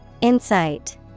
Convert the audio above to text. Insight